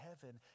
heaven